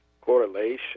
correlation